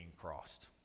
crossed